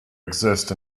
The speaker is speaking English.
exist